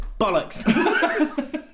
bollocks